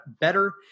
better